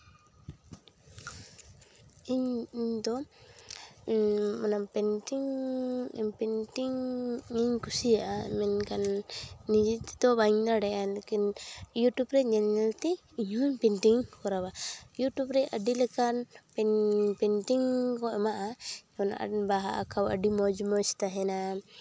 ᱤᱧ ᱫᱚ ᱢᱟᱱᱮ ᱯᱮᱱᱴᱤᱝ ᱯᱮᱱᱴᱤᱝ ᱤᱧ ᱠᱩᱥᱤᱭᱟᱜᱼᱟ ᱢᱮᱱᱠᱷᱟᱱ ᱱᱤᱡᱮ ᱛᱮᱫᱚ ᱵᱟᱹᱧ ᱫᱟᱲᱮᱭᱟᱜᱼᱟ ᱞᱤᱠᱤᱱ ᱤᱭᱩᱴᱩᱵ ᱨᱮ ᱧᱮᱞ ᱧᱮᱞ ᱛᱮ ᱤᱧ ᱦᱚᱸ ᱯᱮᱱᱴᱤᱝ ᱠᱚᱨᱟᱣᱟ ᱤᱭᱩᱴᱩᱵ ᱨᱮ ᱟᱹᱰᱤ ᱞᱮᱠᱟᱱ ᱯᱮᱱ ᱯᱮᱱᱴᱤᱝ ᱠᱚ ᱮᱢᱟᱜᱼᱟ ᱚᱱᱟ ᱵᱟᱦᱟ ᱟᱸᱠᱟᱣ ᱟᱹᱰᱤ ᱢᱚᱡᱽ ᱢᱚᱡᱽ ᱛᱟᱦᱮᱱᱟ